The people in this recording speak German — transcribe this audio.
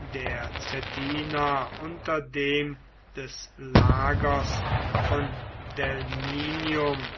der cettina unter dem des lagers von delminium